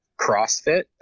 CrossFit